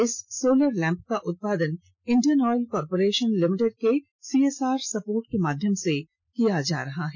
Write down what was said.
इस solar lamp का उत्पादन इंडियन ऑयल कार्पोरेशन लिमिटेड के सीएसआर संपोर्ट के माध्यम से किया जा रहा है